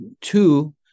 two